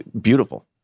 beautiful